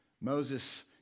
Moses